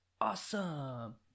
awesome